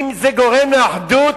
אם זה גורם לאחדות,